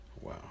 Wow